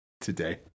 today